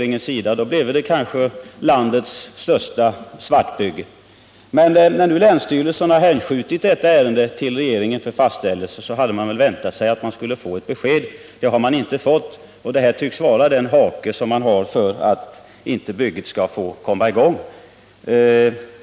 I så fall blev det kanske landets största svartbygge. När länsstyrelsen hänsköt detta ärende till regeringen för fastställelse hade man väl väntat sig att man skulle få ett besked. Det har man inte fått, och detta tycks vara den hake som stoppar byggnationen.